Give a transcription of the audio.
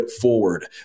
forward